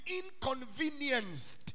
inconvenienced